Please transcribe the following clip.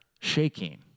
shaking